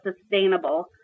sustainable